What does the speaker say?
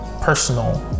personal